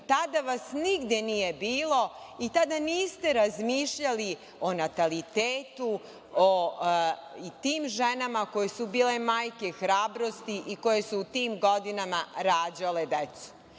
tada vas nigde nije bilo i tada niste razmišljali o natalitetu, i tim ženama koje su bile majke hrabrosti i koje su u tim godinama rađale decu.